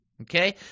Okay